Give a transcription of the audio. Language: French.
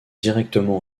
directement